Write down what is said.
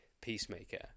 Peacemaker